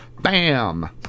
Bam